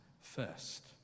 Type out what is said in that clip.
first